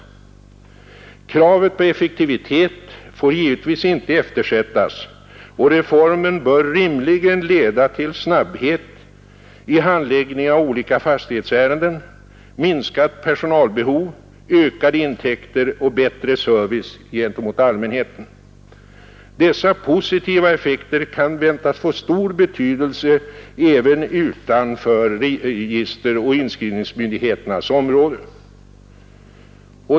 Kravet på effektivitet får givetvis inte eftersättas, och reformen bör rimligen leda till snabbhet i handläggningen av olika fastighetsärenden, minskat personalbehov, ökade intäkter och bättre service gentemot allmänheten. Dessa positiva effekter kan väntas få stor betydelse även utanför registeroch inskrivningsmyndigheternas område.